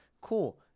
Cool